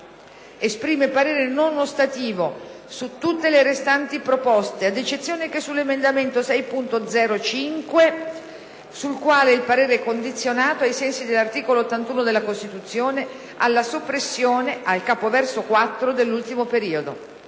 Esprime parere non ostativo su tutte le restanti proposte, ad eccezione che sull'emendamento 6.0.5 sul quale il parere è condizionato, ai sensi dell'articolo 81 della Costituzione, alla soppressione, al capoverso 4, dell'ultimo periodo».